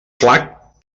flac